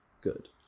good